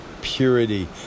Purity